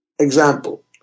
Example